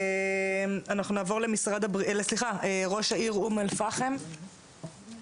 אנחנו נעבור לראש העיר אום אל פאחם בבקשה.